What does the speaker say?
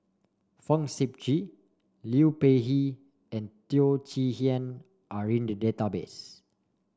Fong Sip Chee Liu Peihe and Teo Chee Hean are in the database